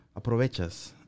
Aprovechas